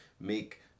make